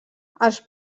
els